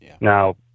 Now